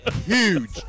Huge